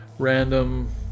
random